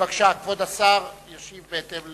בבקשה, כבוד השר ישיב בהתאם,